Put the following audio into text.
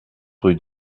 rue